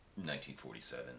1947